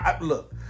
look